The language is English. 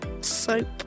soap